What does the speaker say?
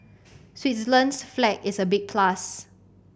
Switzerland's flag is a big plus